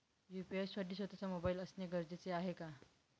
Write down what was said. UPI साठी स्वत:चा mobile असणे गरजेचे आहे का?